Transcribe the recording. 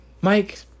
Mike